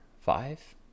five